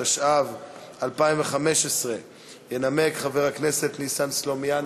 התשע"ו 2015. ינמק חבר הכנסת ניסן סלומינסקי.